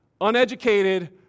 Uneducated